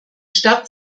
stadt